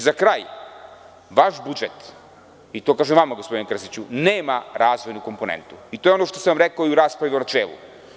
Za kraj, vaš budžet, gospodine Krstiću, nema razvojnu komponentu i to je ono što sam rekao i u raspravi u načelu.